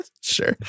Sure